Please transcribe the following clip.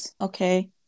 okay